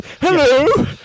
Hello